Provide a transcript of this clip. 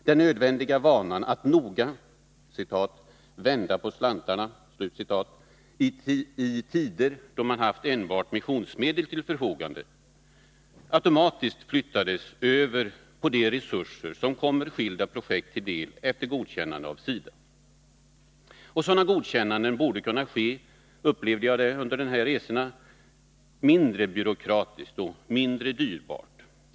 Den nödvändiga vanan att noga ”vända på slantarna” i tider då man haft enbart missionsmedel till förfogande flyttades automatiskt över på de resurser som kom skilda projekt till del efter godkännande av SIDA. Sådana godkännanden borde kunna ske — upplevde jag under de här resorna — mindre byråkratiskt och mindre dyrbart.